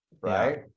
Right